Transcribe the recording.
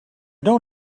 don’t